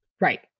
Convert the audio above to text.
Right